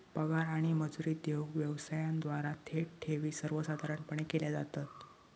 पगार आणि मजुरी देऊक व्यवसायांद्वारा थेट ठेवी सर्वसाधारणपणे केल्या जातत